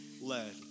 led